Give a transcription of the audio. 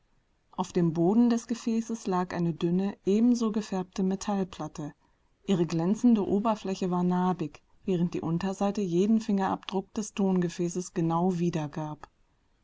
auf dem boden des gefäßes lag eine dünne ebenso gefärbte metallplatte ihre glänzende oberfläche war narbig während die unterseite jeden fingerabdruck des tongefäßes genau wiedergab